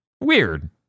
Weird